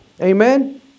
Amen